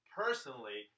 personally